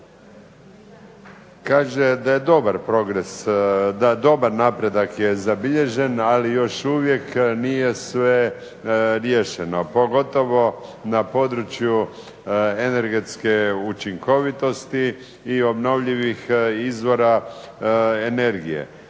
da dobar napredak je zabilježen, ali još uvijek nije sve riješeno, pogotovo na području energetske učinkovitosti i obnovljivih izvora energije.